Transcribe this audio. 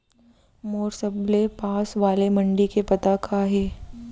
मोर सबले पास वाले मण्डी के पता का हे?